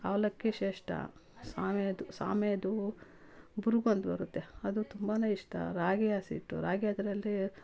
ಅವಲಕ್ಕಿ ಶೇಷ್ಠ ಸ್ವಾಮಿಯದು ಸಾಮಿಯದು ಬುರುಕು ಅಂತ ಬರುತ್ತೆ ಅದು ತುಂಬಾ ಇಷ್ಟ ರಾಗಿ ಹಸಿ ಹಿಟ್ಟು ರಾಗಿ ಅದರಲ್ಲಿ